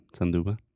Sanduba